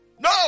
No